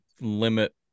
limit